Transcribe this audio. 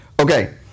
Okay